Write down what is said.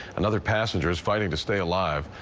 another passenger is fighting to stay alive.